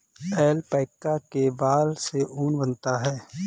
alpaca के बाल से ऊन बनता है